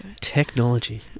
Technology